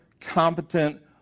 competent